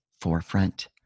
forefront